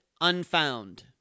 Unfound